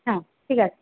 হ্যাঁ ঠিক আছে